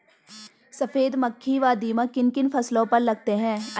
सफेद मक्खी व दीमक किन किन फसलों पर लगते हैं?